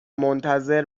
منتظر